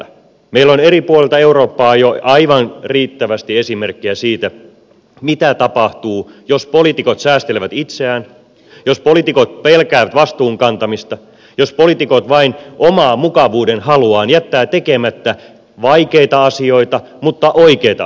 meillä on eri puolilta eurooppaa jo aivan riittävästi esimerkkejä siitä mitä tapahtuu jos poliitikot säästelevät itseään jos poliitikot pelkäävät vastuun kantamista jos poliitikot vain omaa mukavuudenhaluaan jättävät tekemättä vaikeita mutta oikeita asioita